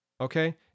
Okay